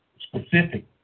specific